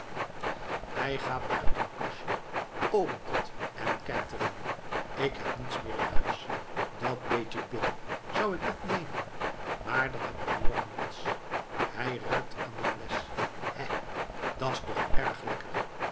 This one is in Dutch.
hij gaat naar het hoekkastje opent het en kijkt er in k heb niets meer in huis dat beetje bitter zou ik dat nemen maar dan heb ik morgen niets hij ruikt aan de flesch hè dat s toch erg lekker